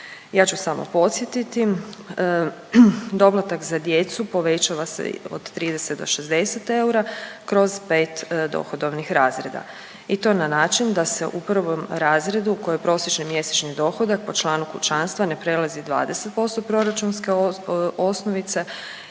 Ja ću samo podsjetiti doplatak za djecu povećava se od 30 do 60 eura kroz 5 dohodovnih razreda i to na način da se u prvom razredu u kojem prosječni mjesečni dohodak po članu kućanstva ne prelazi 20% proračunske osnovice